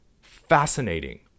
Fascinating